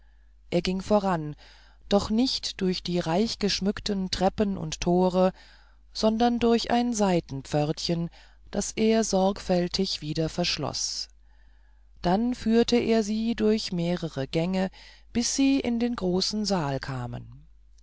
er ging voran doch nicht durch die reichgeschmückten treppen und tore sondern durch ein seitenpförtchen das er sorgfältig wieder verschloß dann führte er sie durch mehrere gänge bis sie in den großen saal kamen